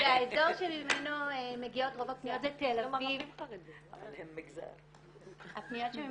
והאזור שממנו מגיעות רוב הפניות זה תל אביב והמרכז,